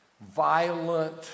violent